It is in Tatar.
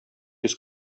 йөз